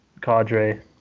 cadre